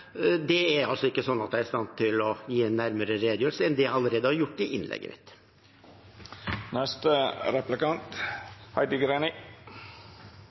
jeg er altså ikke i stand til å gi noen nærmere redegjørelse enn det jeg allerede har gjort i innlegget mitt.